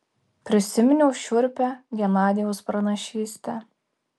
prisiminiau šiurpią genadijaus pranašystę